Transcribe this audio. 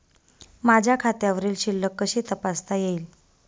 माझ्या खात्यावरील शिल्लक कशी तपासता येईल?